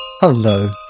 Hello